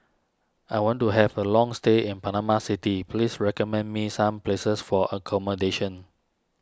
I want to have a long stay in Panama City please recommend me some places for accommodation